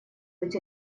быть